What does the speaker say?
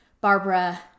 Barbara